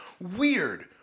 Weird